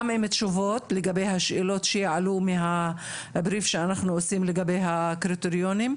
גם עם תשובות לגבי השאלות שיעלו מהבריף שאנחנו עושים לגבי הקריטריונים,